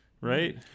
Right